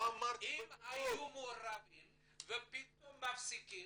אם היו מעורבים ופתאום מפסיקים,